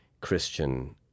Christian